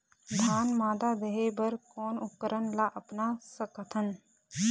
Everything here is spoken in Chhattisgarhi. धान मादा देहे बर कोन उपकरण ला अपना सकथन?